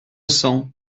cents